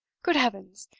good heavens!